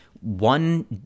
one